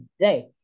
today